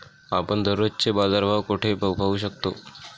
आपण दररोजचे बाजारभाव कोठे पाहू शकतो?